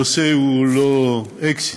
הנושא הוא לא סקסי,